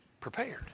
prepared